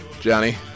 Johnny